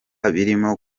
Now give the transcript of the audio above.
birimo